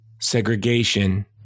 segregation